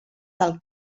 del